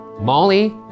Molly